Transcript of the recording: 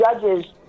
judges